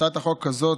הצעת החוק הזאת,